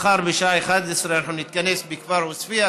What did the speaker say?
מחר בשעה 11:00 אנחנו נתכנס בכפר עוספיא,